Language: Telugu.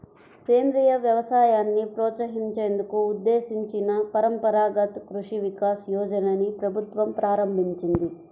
సేంద్రియ వ్యవసాయాన్ని ప్రోత్సహించేందుకు ఉద్దేశించిన పరంపరగత్ కృషి వికాస్ యోజనని ప్రభుత్వం ప్రారంభించింది